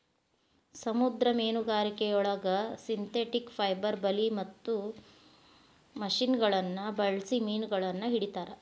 ಸಮುದ್ರ ಮೇನುಗಾರಿಕೆಯೊಳಗ synthetic fibre ಬಲಿ ಮತ್ತ ಮಷಿನಗಳನ್ನ ಬಳ್ಸಿ ಮೇನಗಳನ್ನ ಹಿಡೇತಾರ